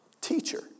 teacher